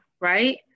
right